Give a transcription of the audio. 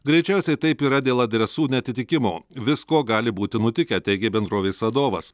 greičiausiai taip yra dėl adresų neatitikimo visko gali būti nutikę teigė bendrovės vadovas